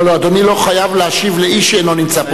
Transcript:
לא, אדוני לא חייב להשיב לאיש שלא נמצא פה.